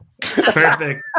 perfect